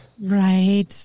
right